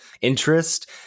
interest